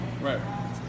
right